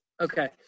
Okay